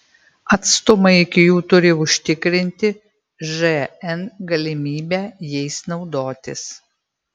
atstumai iki jų turi užtikrinti žn galimybę jais naudotis